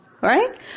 Right